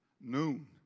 noon